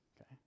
okay